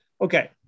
Okay